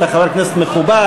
אתה חבר כנסת מכובד,